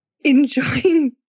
enjoying